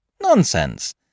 Nonsense